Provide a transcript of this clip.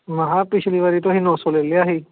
ਮੈਂ ਕਿਹਾ ਪਿਛਲੀ ਵਾਰ ਤੁਸੀਂ ਨੋਂ ਸੌ ਲੈ ਲਿਆ ਸੀ